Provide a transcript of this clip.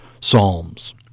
psalms